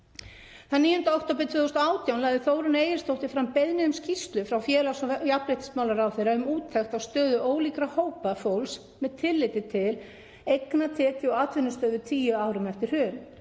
Þann 9. október 2018 lagði Þórunn Egilsdóttir fram beiðni um skýrslu frá félags- og jafnréttismálaráðherra um úttekt á stöðu ólíkra hópa fólks með tilliti til eigna-, tekju- og atvinnustöðu tíu árum eftir hrun.